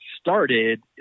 started